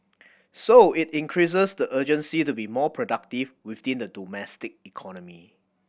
so it increases the urgency to be more productive within the domestic economy